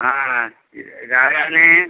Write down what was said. ആ ഇത് ആരാണ്